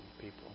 people